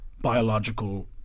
biological